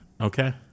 Okay